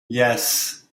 yes